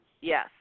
Yes